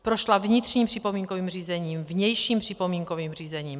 Prošla vnitřním připomínkovým řízením, vnějším připomínkovým řízením.